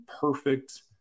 perfect